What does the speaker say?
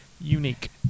unique